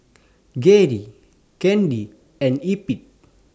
Gerry Candy and Eppie